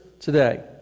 today